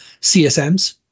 CSMs